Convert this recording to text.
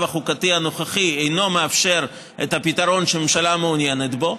החוקתי הנוכחי אינו מאפשר את הפתרון שהממשלה מעוניינת בו,